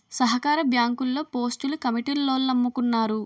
సహకార బ్యాంకుల్లో పోస్టులు కమిటీలోల్లమ్ముకున్నారు